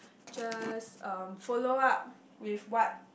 just um follow up with what